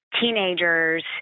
teenagers